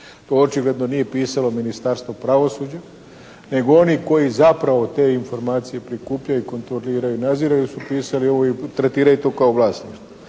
to očigledno nije pisalo Ministarstvo pravosuđa, nego oni koji zapravo te informacije prikupljaju i kontroliraju i nadziru su pisali ovo i tretiraju to kao vlasništvo.